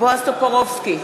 בועז טופורובסקי,